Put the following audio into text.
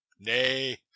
Nay